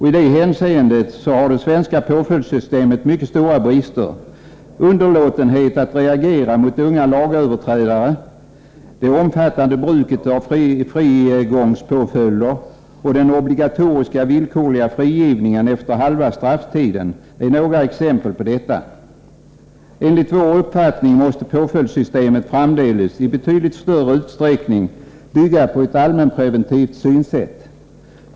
I det hänseendet har det svenska påföljdssystemet mycket stora brister. Underlåtenheten att reagera mot unga lagöverträdare, det omfattande bruket av frigångspåföljder och den obligatoriska villkorliga frigivningen efter halva strafftiden är några exempel härpå. Enligt vår uppfattning måste påföljdssystemet framdeles i betydligt större utsträckning bygga på ett allmänpreventivt synsätt.